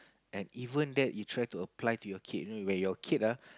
and even that you try to apply to your kid you know when your kid ah